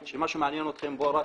שמעניין אתכם רק כסף.